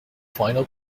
final